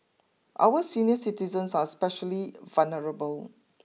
our senior citizens are especially vulnerable